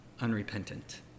unrepentant